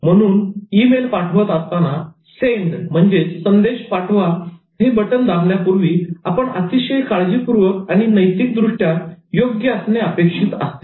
म्हणून email पाठवत असताना Send संदेश पाठवा हे बटन दाबण्यापूर्वी आपण अतिशय काळजीपूर्वक आणि नैतिक दृष्ट्या योग्य असणे अपेक्षित आहे